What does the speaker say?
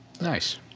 Nice